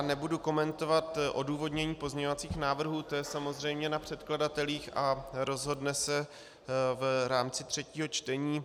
Nebudu komentovat odůvodnění pozměňovacích návrhů, to je samozřejmě na předkladatelích a rozhodne se v rámci třetího čtení.